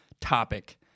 topic